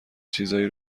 چیزایی